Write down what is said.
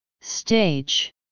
Stage